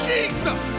Jesus